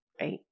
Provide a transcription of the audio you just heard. right